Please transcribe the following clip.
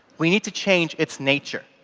we need to change its nature.